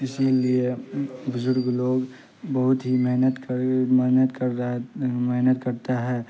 اسی لیے بزرگ لوگ بہت ہی محنت کر محنت کر رہا ہے محنت کرتا ہے